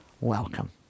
Welcome